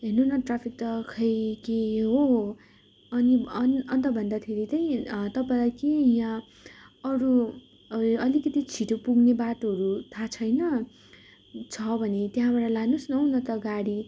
हेर्नु न ट्राफिक त खै के हो हो अनि अनि अन्त भन्दाखेरि त नि तपाईँलाई के यहाँ अरू अलिकति छिटो पुग्ने बाटोहरू थाहा छैन छ भने त्यहाँबाट लानुहोस् न त गाडी